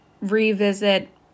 revisit